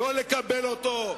לא לקבל אותו,